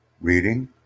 reading